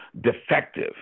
defective